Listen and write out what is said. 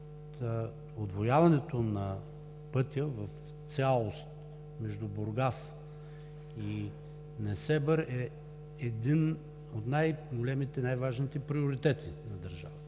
удвояването на пътя в цялост между Бургас и Несебър е един от най-големите, най-важните приоритети за държавата.